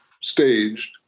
staged